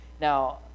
Now